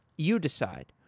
you decide.